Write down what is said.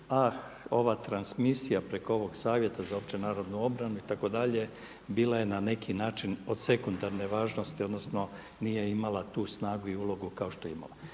a ova transmisija preko ovog savjeta za opće narodnu obranu itd. bila je na neki način od sekundarne važnosti odnosno nije imala tu snagu i ulogu kao što je imala.